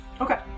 Okay